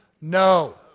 No